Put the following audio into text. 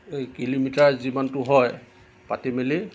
এই কিলোমিটাৰ যিমানটো হয় পাতি মেলি